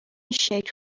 شکل